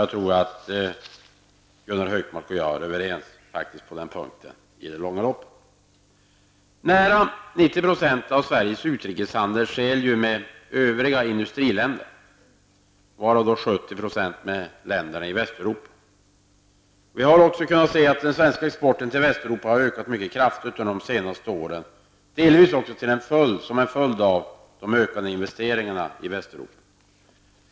Jag tror faktiskt att Gunnar Hökmark och jag i det långa loppet är överens på den punkten. Närmare 90 % av Sveriges utrikeshandel sker med de övriga industriländerna, varav drygt 70 % med de västeuropeiska länderna. Den svenska exporten till Västeuropa har ökat mycket kraftigt under de senaste åren, delvis som en följd av ökade investeringar i Västeuropa.